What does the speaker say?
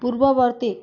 ପୂର୍ବବର୍ତ୍ତୀ